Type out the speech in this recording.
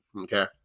okay